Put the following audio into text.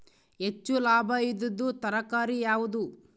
ಹೆಚ್ಚು ಲಾಭಾಯಿದುದು ತರಕಾರಿ ಯಾವಾದು?